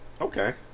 Okay